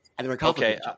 Okay